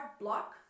block